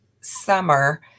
summer